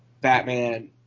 batman